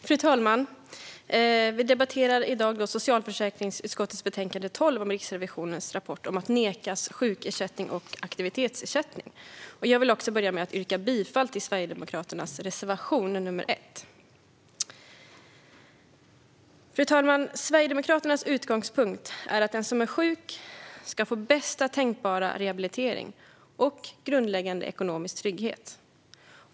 Fru talman! Vi debatterar nu socialförsäkringsutskottets betänkande 12 om Riksrevisionens rapport om att nekas sjukersättning och aktivitetsersättning, och jag vill yrka bifall till Sverigedemokraternas reservation, nr 1. Sverigedemokraternas utgångspunkt är att den som är sjuk ska få bästa tänkbara rehabilitering och grundläggande ekonomisk trygghet.